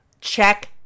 check